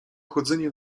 chodzenie